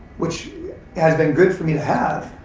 which has been good for me to have.